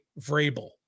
Vrabel